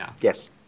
Yes